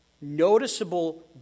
noticeable